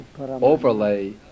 overlay